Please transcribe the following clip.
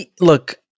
Look